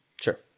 Sure